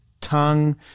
tongue